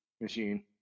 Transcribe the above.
machine